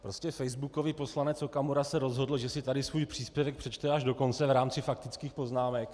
Prostě facebookový poslanec Okamura se rozhodl, že si tady svůj příspěvek přečte až do konce v rámci faktických poznámek.